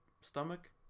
stomach